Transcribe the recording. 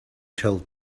told